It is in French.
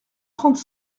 trente